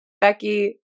Becky